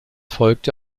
folgte